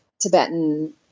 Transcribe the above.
Tibetan